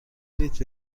لیتر